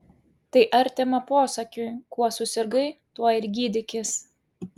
tai artima posakiui kuo susirgai tuo ir gydykis